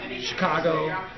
Chicago